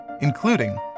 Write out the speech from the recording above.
including